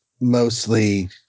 mostly